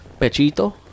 Pechito